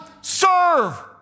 serve